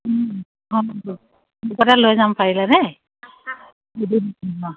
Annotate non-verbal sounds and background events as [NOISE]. [UNINTELLIGIBLE] লৈ যাম পাৰিলে দেই [UNINTELLIGIBLE]